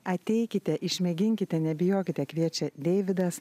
ateikite išmėginkite nebijokite kviečia deividas